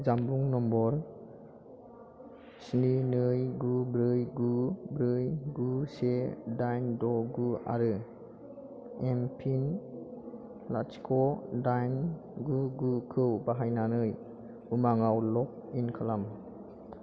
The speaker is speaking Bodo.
जानबुं नम्बर स्नि नै गु ब्रै गु ब्रै गु से दाइन द' गु आरो एमपिन लाथिख' दाइन गु गुखौ बाहायनानै उमांआव लग इन खालाम